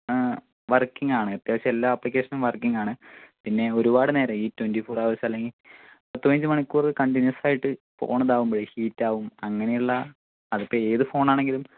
ആ വർക്കിങാണ് അത്യാവശ്യം എല്ലാ ആപ്ലിക്കേഷനും വർക്കിങാണ് പിന്നെ ഒരുപാട് നേരം ഈ ട്വൻറ്റി ഫോർ അവേഴ്സ് അല്ലെങ്കിൽ പത്ത് പതിനഞ്ച് മണിക്കൂർ കണ്ടിന്യുവസ് ആയിട്ട് ഫോണിതാകുമ്പഴേ ഹീറ്റാവും അങ്ങനെയുള്ള അതിപ്പം ഏത് ഫോണാണെങ്കിലും